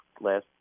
last